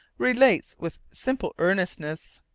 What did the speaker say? relates with simple earnestness.